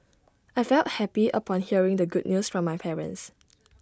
I felt happy upon hearing the good news from my parents